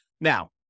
Now